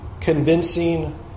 convincing